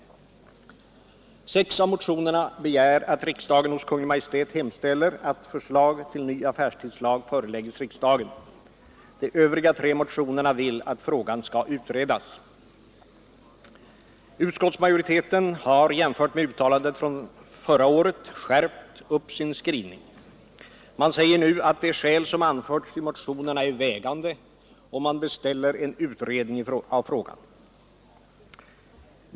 Sex av motionerna begär att riksdagen hos Kungl. Maj:t hemställer att förslag till ny affärstidslag förelägges riksdagen. De övriga tre motionerna vill att frågan skall utredas. Utskottsmajoriteten har, jämfört med uttalandet förra året, skärpt sin skrivning. Man säger nu att de skäl som anförts i motionerna är vägande, och man beställer en utredning av frågan.